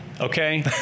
okay